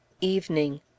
Evening